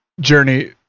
Journey